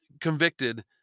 convicted